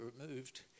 removed